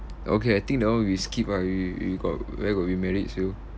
okay I think that one we skip ah w~ w~ w~ we got where got we married [siol]